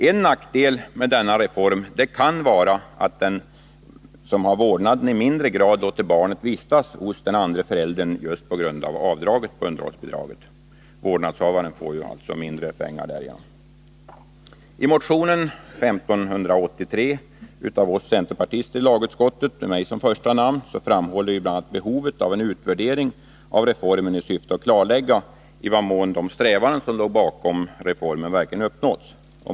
En nackdel med denna reform kan vara att den som har vårdnaden i mindre grad låter barnet vistas hos den andre föräldern just på grund av avdraget på underhållsbidraget, vilket gör att vårdnadshavaren får mindre pengar. I motionen 1583 av oss centerpartister i lagutskottet med mig som första namn framhålls bl.a. att behovet av en utvärdering av reformen i syfte att klarlägga i vad mån de strävanden som låg bakom reformen verkligen uppnåtts.